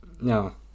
No